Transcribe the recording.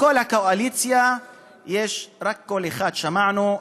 מכל הקואליציה יש רק קול אחד ששמענו,